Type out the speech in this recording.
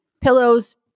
pillows